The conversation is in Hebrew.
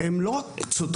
הן לא רק צודקות,